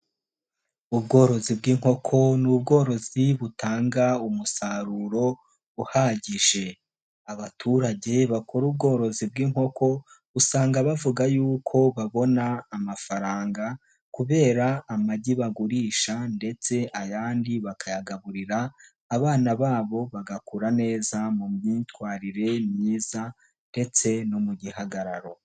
Abworozi bw'inkoko ni ubworozi butanga umusaruro uhagije, abaturage bakora ubworozi bw'inkoko usanga bavuga yuko babona amafaranga kubera amagi bagurisha ndetse ayandi bakayagaburira abana babo bagakura neza mu myitwarire myiza ndetse no mu gihagararo.